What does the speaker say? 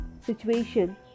situation